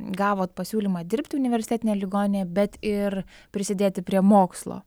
gavot pasiūlymą dirbti universitetinėje ligoninėje bet ir prisidėti prie mokslo